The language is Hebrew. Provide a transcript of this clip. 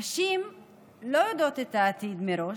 נשים לא יודעות את העתיד מראש,